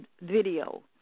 video